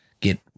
get